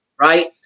right